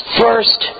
first